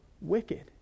wicked